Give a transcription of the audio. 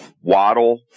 Waddle